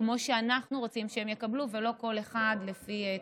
כמו שאנחנו רוצים שהם יקבלו ולא כל אחד לפי תפיסתו.